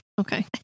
Okay